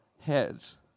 heads